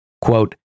Quote